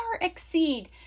exceed